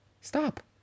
stop